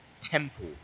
temple